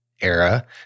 era